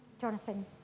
Jonathan